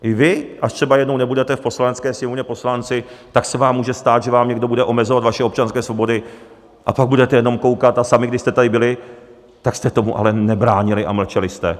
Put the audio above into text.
I vy, až třeba jednou nebudete v Poslanecké sněmovně poslanci, tak se vám může stát, že vám někdo bude omezovat vaše občanské svobody, a pak budete jenom koukat, a sami, když jste tady byli, tak jste tomu ale nebránili a mlčeli jste.